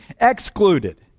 excluded